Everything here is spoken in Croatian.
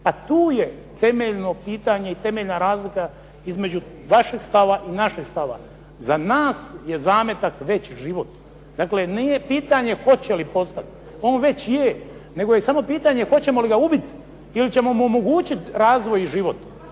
Pa tu je temeljno pitanje i temeljna razlika između vašeg stava i našeg stava. Za nas je zametak već život. Dakle, nije pitanje hoće li postati, on već je. Nego je samo pitanje hoćemo li ga ubiti ili ćemo mu omogućiti razvoj i život?